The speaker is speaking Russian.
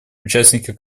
участники